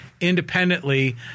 independently